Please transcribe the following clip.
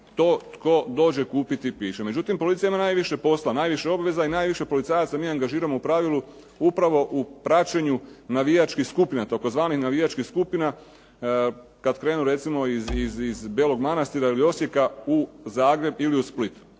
to tko dođe kupiti piče. Međutim, policija ima najviše posla, najviše obveza i najviše policajaca mi angažiramo u pravilu upravo u praćenju navijačkih skupina, tzv. navijačkih skupina kad krenu recimo iz Belog Manastira ili Osijeka u Zagreb ili u Split